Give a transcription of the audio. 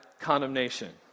condemnation